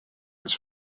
its